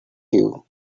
you